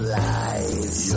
lies